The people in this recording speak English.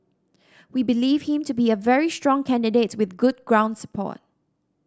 we believe him to be a very strong candidate with good ground support